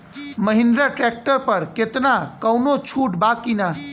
Mahindra tractor पर केतना कौनो छूट बा कि ना?